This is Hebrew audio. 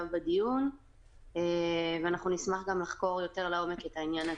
בדיון ואנחנו נשמח גם לחקור יותר לעומק את העניין הזה.